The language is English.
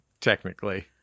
technically